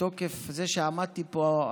מתוקף זה שעמדתי פה,